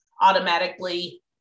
automatically